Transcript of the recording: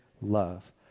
love